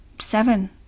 Seven